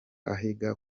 ahiga